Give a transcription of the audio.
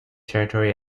territory